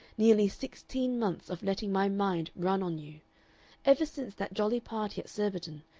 nearly sixteen months of letting my mind run on you ever since that jolly party at surbiton,